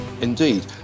Indeed